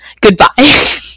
goodbye